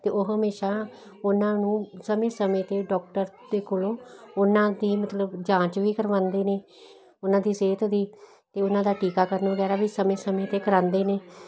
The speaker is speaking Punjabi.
ਤੇ ਉਹ ਹਮੇਸ਼ਾ ਉਹਨਾਂ ਨੂੰ ਸਮੇਂ ਸਮੇਂ ਤੇ ਡਾਕਟਰ ਦੇ ਕੋਲੋਂ ਉਹਨਾਂ ਦੀ ਮਤਲਬ ਜਾਂਚ ਵੀ ਕਰਵਾਉਂਦੇ ਨੇ ਉਹਨਾਂ ਦੀ ਸਿਹਤ ਦੀ ਤੇ ਉਹਨਾਂ ਦਾ ਟੀਕਾਕਰਨ ਵਗੈਰਾ ਵੀ ਸਮੇਂ ਸਮੇਂ ਤੇ ਕਰਾਂਦੇ ਨੇ